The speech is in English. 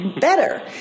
better